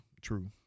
True